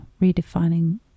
redefining